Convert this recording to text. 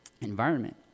environment